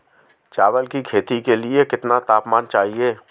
चावल की खेती के लिए कितना तापमान चाहिए?